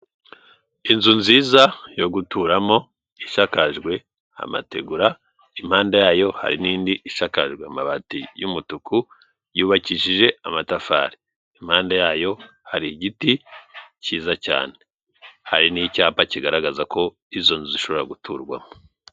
Inzu nziza yo guturamo isakajwe amategura, impande yayo hari n'indi isakajwe amabati y'umutuku, yubakishije amatafari. Impande yayo hari igiti kiza cyane hari n'icyapa kigaragaza ko izo nzu zishobora guturwamo.